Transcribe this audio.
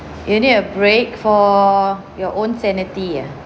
you need a break for your own sanity ah